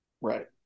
Right